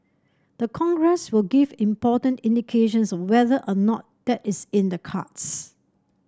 the Congress will give important indications of whether or not that is in the cards